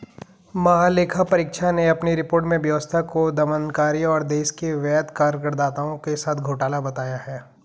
महालेखा परीक्षक ने अपनी रिपोर्ट में व्यवस्था को दमनकारी और देश के वैध करदाताओं के साथ घोटाला बताया है